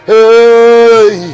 Hey